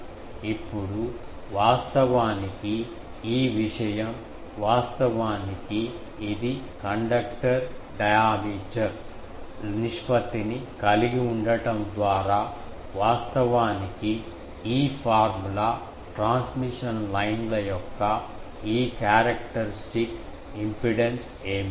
ఇప్పుడు వాస్తవానికి ఈ విషయం వాస్తవానికి ఇది కండక్టర్ డయామీటర్ ల నిష్పత్తిని కలిగి ఉండటం ద్వారా వాస్తవానికి ఈ ఫార్ములా ట్రాన్స్మిషన్ లైన్ల యొక్క ఈ క్యారెక్టర్స్టిక్ ఇంపిడెన్స్ ఏమిటి